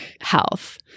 health